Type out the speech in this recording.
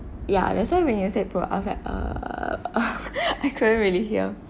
ya that's why when you said per~ I was like err I couldn't really hear